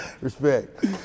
Respect